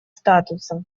статуса